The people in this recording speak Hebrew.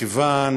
מכיוון